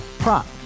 Prop